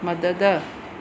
मदद